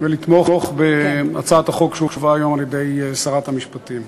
ולתמוך בהצעת החוק שהובאה היום על-ידי שרת המשפטים.